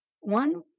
one